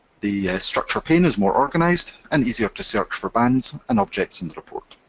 the structure pane is more organized and easier to search for bands and objects in the report.